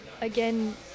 again